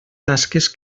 tasques